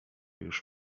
już